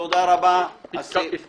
הצבעה בעד, פה אחד אושר.